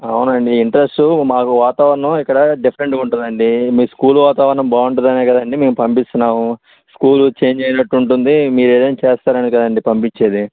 అవునండి ఇంట్రెస్టు మాకు వాతావరణం ఇక్కడ డిఫరెంట్ గా ఉంటుందండి మీ స్కూల్ వాతావరణం బాగుందనే కదండీ మేము పంపిస్తున్నాము స్కూల్ చేంజ్ అయినట్టుంటుంది మీరేదన్నా చేస్తారని కదండీ పంపించేది